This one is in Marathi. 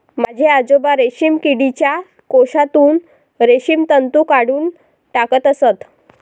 माझे आजोबा रेशीम किडीच्या कोशातून रेशीम तंतू काढून टाकत असत